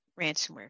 ransomware